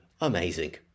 amazing